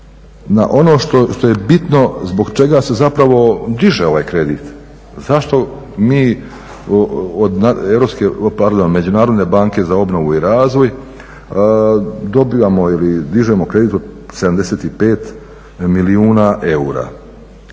ono što je bitno, zbog čega se zapravo diže ovaj kredit, zašto mi od Međunarodne banke za obnovu i razvoj dobivamo ili dižemo kredit od 75 milijuna eura.